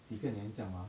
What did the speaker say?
几个年这样 ah